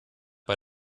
bei